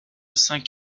cinq